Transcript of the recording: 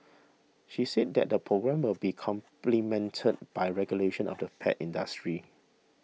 she said that the programme will be complemented by regulation of the pet industry